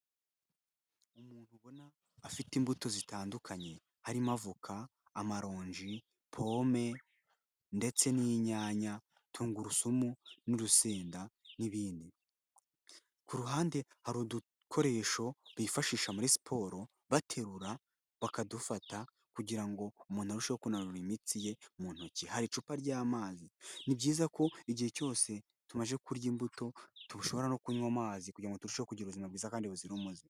Umuntu ubona afite imbuto zitandukanye. Harimo avoka, amaronji, pome ndetse n'inyanya, tungurusumu, n'urusenda n'ibindi. Kuruhande hari udukoresho bifashisha muri siporo baterura, bakadufata kugira ngo umuntu arusheho kunanura imitsi ye mu ntoki. Hari icupa ry'amazi. Ni byiza ko igihe cyose tumaze kurya imbuto, tushobora no kunywa amazi, kugira ngo turusheho kugira ubuzima bwiza kandi buzira umuze.